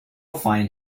find